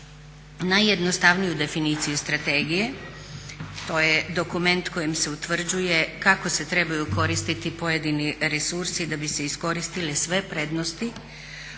najjednostavniju definiciju strategije to je dokument kojim se utvrđuje kako se trebaju koristiti pojedini resursi da bi se iskoristile sve prednosti